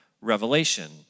Revelation